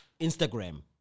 Instagram